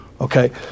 Okay